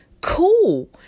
cool